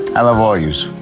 i love all you's